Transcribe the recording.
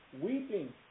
weeping